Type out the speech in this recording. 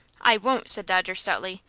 i won't! said dodger, stoutly.